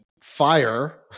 fire